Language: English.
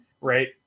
right